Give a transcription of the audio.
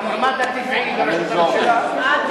המועמד הטבעי לראשות הממשלה הוא חבר הכנסת טלב אלסאנע.